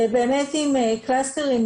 באמת עם קלאסטרים,